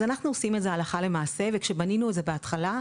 אז אנחנו עושים את זה הלכה למעשה וכשבנינו את זה בהתחלה,